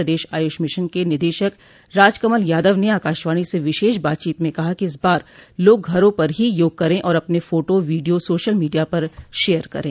प्रदेश आयुष मिशन के निदेशक राजकमल यादव ने आकाशवाणी से विशेष बातचीत में कहा कि इस बार लोग घरों पर ही योग करे और अपने फोटो वीडियो सोशल मीडिया पर शेयर करे